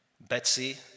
Betsy